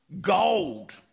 gold